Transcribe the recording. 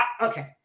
Okay